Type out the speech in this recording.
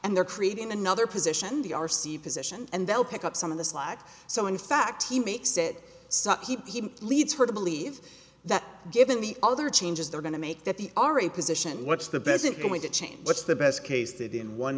and they're creating another position the r c position and they'll pick up some of the slack so in fact he makes it so he leads her to believe that given the other changes they're going to make that the are a position what's the besant going to change what's the best case that in one